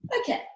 Okay